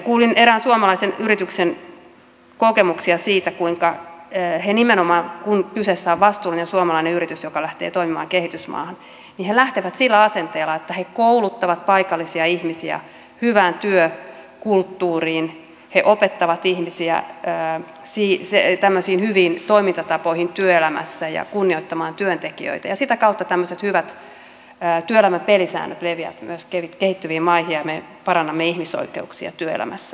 kuulin erään suomalaisen yrityksen kokemuksia siitä että kun kyseessä on vastuullinen suomalainen yritys joka lähtee toimimaan kehitysmaahan niin he lähtevät sillä asenteella että he kouluttavat paikallisia ihmisiä hyvään työkulttuuriin he opettavat ihmisiä tämmöisiin hyviin toimintatapoihin työelämässä ja kunnioittamaan työntekijöitä ja sitä kautta tämmöiset hyvät työelämän pelisäännöt leviävät myös kehittyviin maihin ja me parannamme ihmisoikeuksia työelämässä